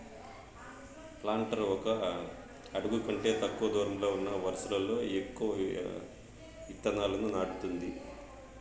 planter ఒక అడుగు కంటే తక్కువ దూరంలో ఉన్న వరుసలలో ఎక్కువ ఇత్తనాలను నాటుతుంది